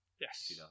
Yes